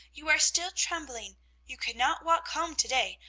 you are still trembling you cannot walk home to-day,